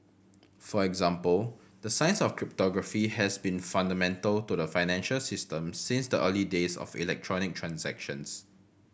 for example the science of cryptography has been fundamental to the financial system since the early days of electronic transactions